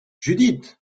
judith